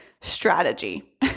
strategy